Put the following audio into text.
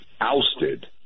ousted